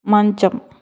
మంచం